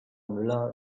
möller